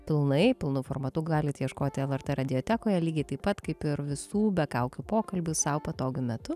pilnai pilnu formatu galit ieškoti lrt radiotekoje lygiai taip pat kaip ir visų be kaukių pokalbių sau patogiu metu